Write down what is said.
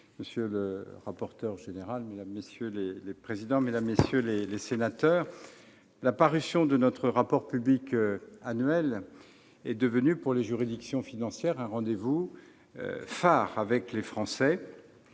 monsieur le rapporteur général de la commission des finances, mesdames, messieurs les sénateurs, la parution de notre rapport public annuel est devenue, pour les juridictions financières, un rendez-vous phare avec les Français.